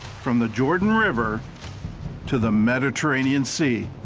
from the jordan river to the mediterranean sea.